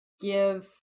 give